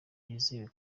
bwizewe